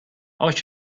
als